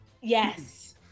Yes